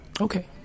Okay